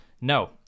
no